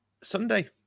Sunday